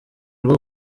rwo